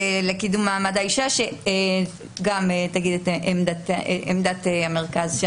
לקידום מעמד האישה, שתגיד את עמדתה, עמדת המכרז.